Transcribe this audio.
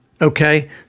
Okay